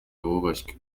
wubashywe